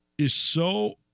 is so